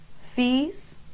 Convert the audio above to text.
fees